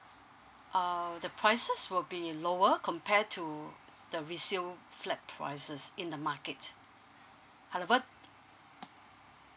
uh the prices will be lower compare to the resale flat prices in the market however